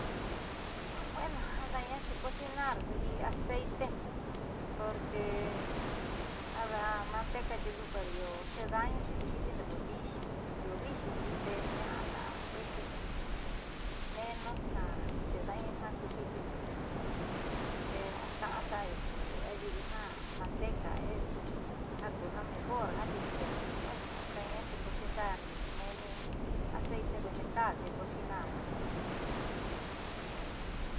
Bueno ada'aña xecosinar ndi'i aceite porque manteca tiuku pero io xeeda'añu ku xiitiindo ko viixi io yiixixi tee ña'a la'a aceite porque menos ja xeeda'añu jaku xiitiindo indo iia te ka'an taku ayiivi jiaa manteca es ja ku mejor jiaa tiuku pero bueno ada'aña xecosinar ndi'i menni aceite vegetal xecosinarna.